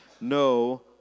no